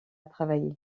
travailler